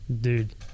dude